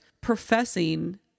professing